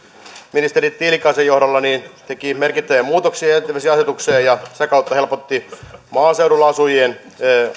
ministeri tiilikaisen johdolla teki merkittäviä muutoksia jätevesiasetukseen ja sitä kautta helpotti maaseudulla asujien